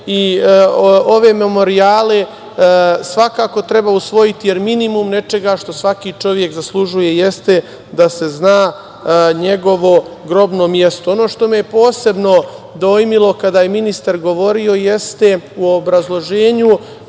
i ove memorijale svakako treba usvojiti, jer minimum nečega što svaki čovek zaslužuje jeste da se zna njegovo grobno mesto. Ono što me je posebno dojmilo kada je ministar govorio jeste u obrazloženju